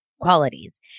qualities